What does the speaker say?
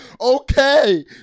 Okay